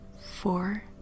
four